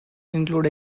include